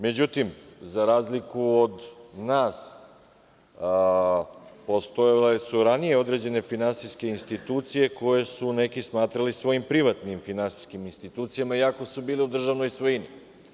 Međutim, za razliku od nas, postojale su ranije određene finansijske institucije koje su neki smatrali svojim privatnim finansijskim institucijama iako su bile u državnoj svojini.